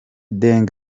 deng